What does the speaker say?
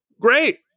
Great